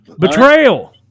Betrayal